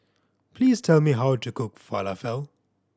please tell me how to cook Falafel